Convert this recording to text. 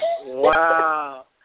Wow